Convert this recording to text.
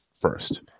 first